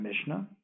Mishnah